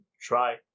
try